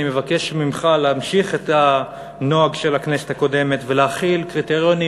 אני מבקש ממך להמשיך את הנוהג של הכנסת הקודמת ולהחיל קריטריונים